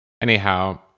Anyhow